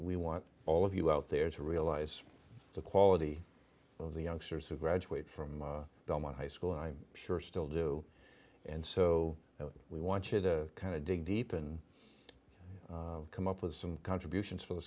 we want all of you out there to realize the quality of the youngsters who graduate from belmont high school i'm sure still do and so we wanted to kind of dig deep and come up with some contributions for the